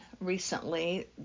recently